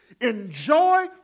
Enjoy